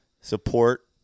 Support